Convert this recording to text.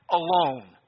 alone